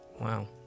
Wow